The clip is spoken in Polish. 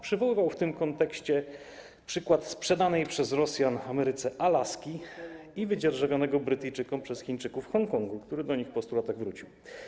Przywoływał w tym kontekście przykład sprzedanej przez Rosjan Ameryce Alaski i wydzierżawionego Brytyjczykom przez Chińczyków Hongkongu, który do nich po 100 latach wrócił.